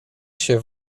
się